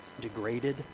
degraded